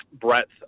breadth